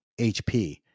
hp